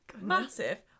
Massive